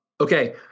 okay